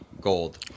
gold